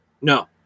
No